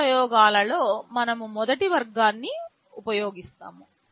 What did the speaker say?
మన ప్రయోగాలలో మనము మొదటి వర్గాన్ని ఉపయోగిస్తాము